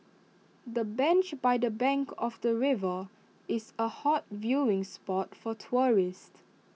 the bench by the bank of the river is A hot viewing spot for tourists